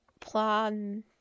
plan